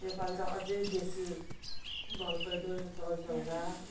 यो पालि त अझ बेसी भल पहिरो चल्छ होला